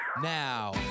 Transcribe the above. now